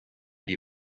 die